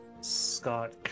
Scott